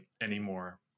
anymore